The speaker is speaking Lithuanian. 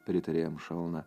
pritarė jam šalna